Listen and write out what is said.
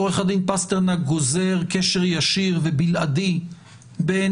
עורך הדין פסטרנק גוזר קשר ישיר ובלעדי בין